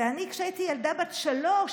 ואני, כשהייתי ילדה בת שלוש,